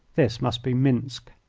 this must be minsk.